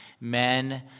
men